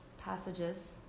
passages